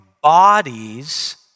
bodies